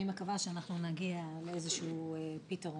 אני מקווה שאנחנו נגיע לאיזה שהוא פתרון.